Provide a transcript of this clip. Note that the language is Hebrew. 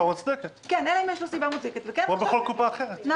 אבל בקופות החולים האחרות כן יש להן את ההצמדה הזאת.